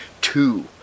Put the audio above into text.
two